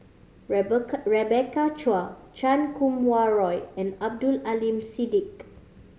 Rebecca Rebecca Chua Chan Kum Wah Roy and Abdul Aleem Siddique